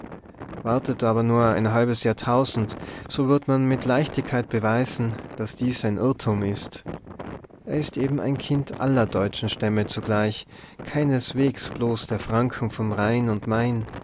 wartet aber nur ein halbes jahrtausend so wird man mit leichtigkeit beweisen daß dies ein irrtum ist er ist eben ein kind aller deutschen stämme zugleich keineswegs bloß der franken vom rhein und main